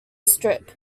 strip